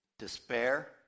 Despair